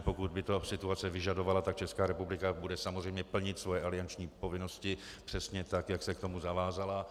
Pokud by to situace vyžadovala, tak Česká republika bude samozřejmě plnit svoje alianční povinnosti přesně tak, jak se k tomu zavázala.